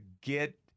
get